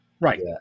Right